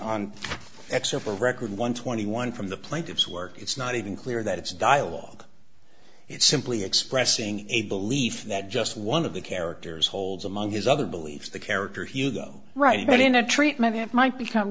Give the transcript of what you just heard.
the record one twenty one from the plaintiff's work it's not even clear that it's dialogue it's simply expressing a belief that just one of the characters holds among his other beliefs the character hugo right but in a treatment it might become